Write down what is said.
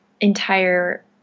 entire